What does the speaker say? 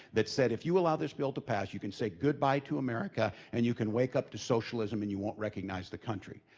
that said, if you allow this bill to pass, you can say goodbye to america. and you can wake up to socialism and you won't recognize the country.